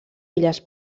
illes